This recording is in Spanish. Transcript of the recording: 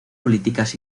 políticas